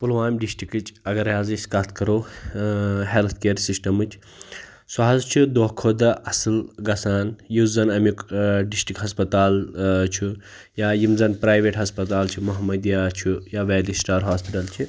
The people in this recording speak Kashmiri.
پُلوامہِ ڈِسٹِرٛکٕچ اگر حظ أسۍ کَتھ کَرو ٲں ہیٚلٕتھ کِیَر سِسٹَمٕچ سُہ حظ چھُ دۄہ کھۄتہٕ دۄہ اصٕل گژھان یُس زَن اَمیُک ٲں ڈِسٹِرٛک ہَسپَتال ٲں چھُ یا یِم زَن پرٛایٚویٹ ہَسپَتال چھِ محمدیہ چھُ یا ویلی سِٹار ہاسپِٹَل چھُ